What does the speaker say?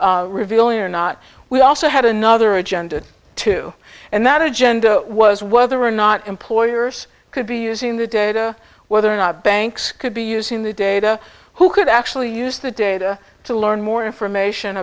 more revealing or not we also had another agenda too and that agenda was whether or not employers could be using the data whether or not banks could be using the data who could actually use the data to learn more information